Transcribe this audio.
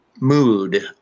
mood